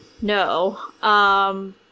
no